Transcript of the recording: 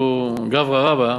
הוא גברא רבא,